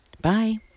bye